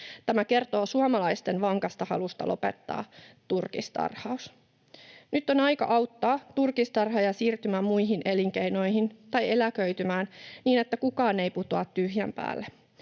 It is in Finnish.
Tämä kertoo suomalaisten vankasta halusta lopettaa turkistarhaus. Nyt on aika auttaa turkistarhoja siirtymään muihin elinkeinoihin tai eläköitymään niin, että kukaan ei putoa tyhjän päälle.